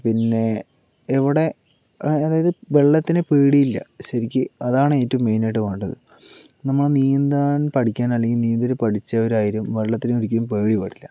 പിന്നേ ഇവിടെ അതായത് വെള്ളത്തിനെ പേടിയില്ല ശരിക്ക് അതാണ് ഏറ്റവും മെയിന് ആയിട്ട് വേണ്ടത് നമ്മൾ നീന്താന് പഠിക്കാന് അല്ലെങ്കില് നീന്തൽ പഠിച്ചവരായാലും വെള്ളത്തിനെ ഒരിക്കലും പേടി വരില്ല